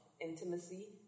intimacy